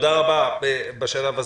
תודה רבה בשלב הזה.